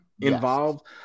involved